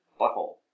Butthole